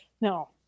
No